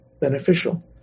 beneficial